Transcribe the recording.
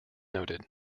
noted